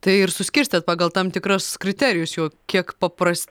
tai ir suskirstėt pagal tam tikrus kriterijus jau kiek paprasti